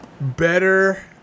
Better